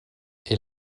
est